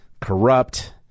corrupt